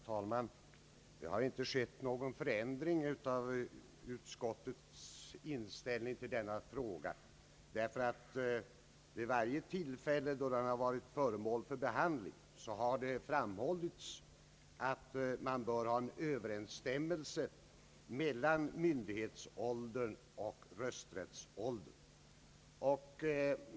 Herr talman! Det har inte skett någon förändring av utskottets inställning till denna fråga. Vid varje tillfälle då frågan har varit föremål för behandling har det framhållits, att det bör föreligga överensstämmelse mellan myndighetsåldern och rösträttsåldern.